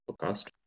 podcast